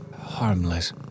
Harmless